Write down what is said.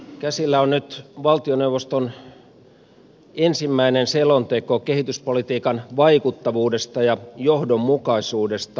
käsillä on nyt valtioneuvoston ensimmäinen selonteko kehityspolitiikan vaikuttavuudesta ja johdonmukaisuudesta